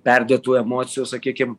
perdėtų emocijų sakykim